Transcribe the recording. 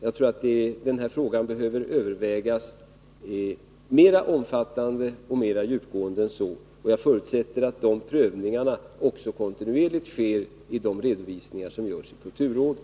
Jag tror att den här frågan behöver övervägas på ett mer omfattande och mer djupgående sätt än så, och jag förutsätter att sådana prövningar kontinuerligt sker också i de redovisningar som görs i kulturrådet.